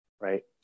right